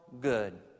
good